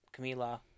Camila